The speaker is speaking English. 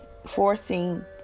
forcing